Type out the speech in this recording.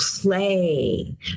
play